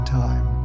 time